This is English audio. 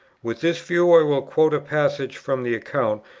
with this view i will quote a passage from the account,